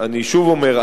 אני שוב אומר,